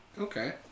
Okay